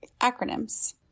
Acronyms